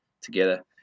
together